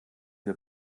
wir